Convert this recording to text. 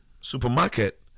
supermarket